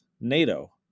NATO